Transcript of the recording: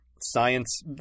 science